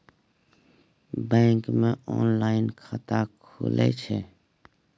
Bank मे online खाता खुले छै?